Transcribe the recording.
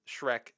Shrek